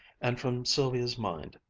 and from sylvia's mind.